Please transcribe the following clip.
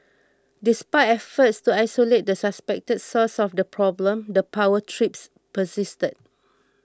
despite efforts to isolate the suspected source of the problem the power trips persisted